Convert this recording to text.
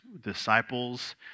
disciples